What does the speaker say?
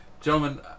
gentlemen